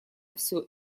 все